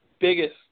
biggest